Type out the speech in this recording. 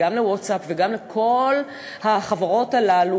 גם ל"ווטסאפ" וגם לכל החברות הללו,